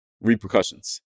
Repercussions